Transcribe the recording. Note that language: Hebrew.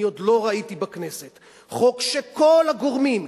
אני עוד לא ראיתי בכנסת חוק שכל הגורמים,